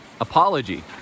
apology